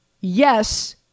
Yes